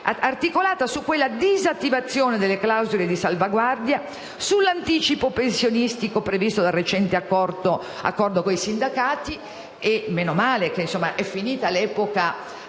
ad oggi - sulla disattivazione delle clausole di salvaguardia, sull'anticipo pensionistico previsto dal recente accordo con i sindacati - meno male che è finita l'epoca